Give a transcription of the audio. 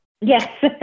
Yes